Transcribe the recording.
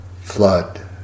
flood